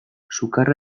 sukarra